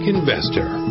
Investor